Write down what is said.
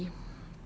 is it really